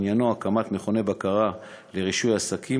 שעניינו הקמת מכוני בקרה לרישוי עסקים,